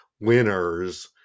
Winners